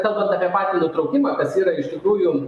kalbant apie patį nutraukimą kas yra iš tikrųjų